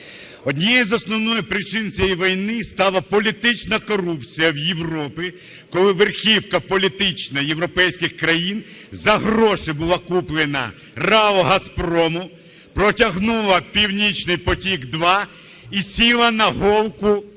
Однією з основних причин цієї війни стала політична корупція в Європі, коли верхівка політична європейських країн за гроші була куплена РАО "Газпрому", протягнула "Північний потік – 2" і сіла на голку